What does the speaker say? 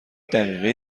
دقیقه